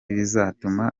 bizatuma